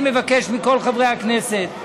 אני מבקש מכל חברי הכנסת: